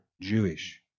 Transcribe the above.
Jewish